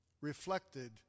reflected